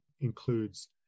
Includes